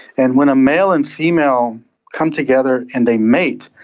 and when a male and female come together and they mate,